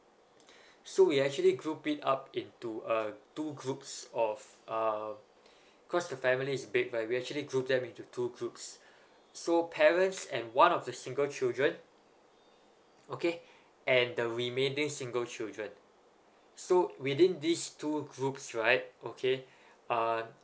so we actually group it up into uh two groups of uh cause the family is big right we actually group them into two groups so parents and one of the single children okay and the remaining single children so within these two groups right okay uh